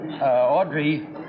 Audrey